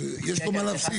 יש פה מה להפסיד.